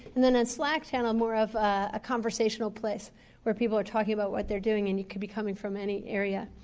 and then on slack channel more of a conversational place where people are talking about what they're doing and you could be coming from any area.